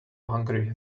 hungry